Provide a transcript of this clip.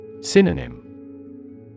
Synonym